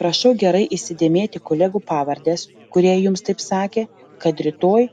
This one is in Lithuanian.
prašau gerai įsidėmėti kolegų pavardes kurie jums taip sakė kad rytoj